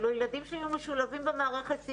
אלו ילדים שהיו משולבים במערכת,